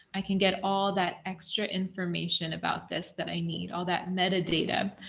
i can get all that extra information about this that i need all that metadata.